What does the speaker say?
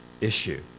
issue